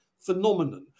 phenomenon